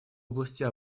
области